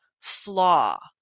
flaw